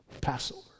Passover